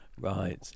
Right